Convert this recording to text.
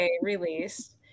release